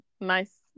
nice